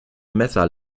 messer